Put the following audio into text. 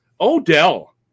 odell